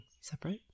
separate